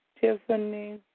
Tiffany